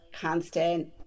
constant